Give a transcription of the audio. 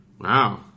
Wow